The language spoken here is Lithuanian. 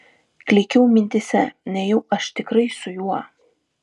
klykiau mintyse nejau aš tikrai su juo